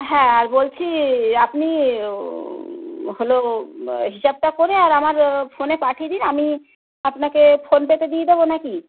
হ্যাঁ আর বলছি আপনি ও হলো হিসাবটা করে আর আমার ও ফোনে পাঠিয়ে দিন আমি আপনাকে ফোন পেতে দিয়ে দেবো নাকি